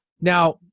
Now